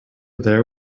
there